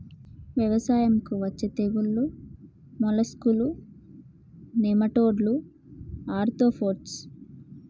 వ్యవసాయంకు అచ్చే తెగుల్లు మోలస్కులు, నెమటోడ్లు, ఆర్తోపోడ్స్